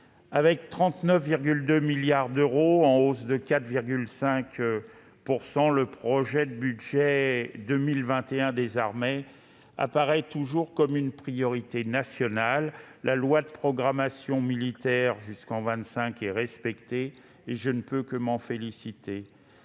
avec 39,2 milliards d'euros, en hausse de 4,5 %, le projet de budget des armées pour 2021 apparaît toujours comme une priorité nationale. La loi de programmation militaire 2019-2025 est respectée, ce dont je ne peux que me féliciter.